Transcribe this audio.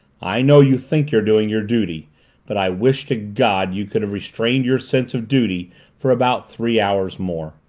i know you think you're doing your duty but i wish to god you could have restrained your sense of duty for about three hours more!